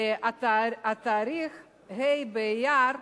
התאריך ה' באייר,